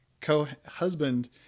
co-husband